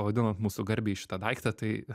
pavadinot mūsų garbei šitą daiktą tai